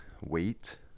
weight